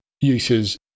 uses